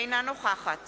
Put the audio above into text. אינה נוכחת